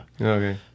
okay